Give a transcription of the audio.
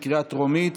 בקריאה טרומית,